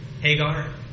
hagar